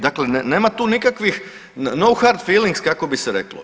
Dakle, nema tu nikakvih nou hard feelings kako bi se reklo.